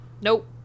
Nope